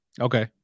Okay